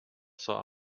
saw